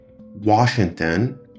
Washington